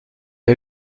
est